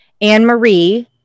Anne-Marie